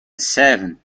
seven